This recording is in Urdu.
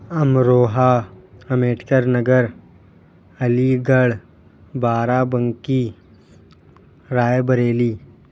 Amroha Ambedkar Nagar Aligarh Barabanki Rae Bareilly